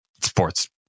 sports